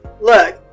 look